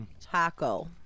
taco